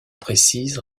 précise